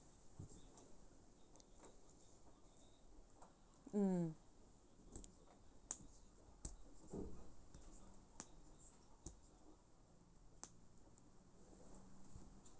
mm